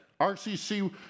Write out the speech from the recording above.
RCC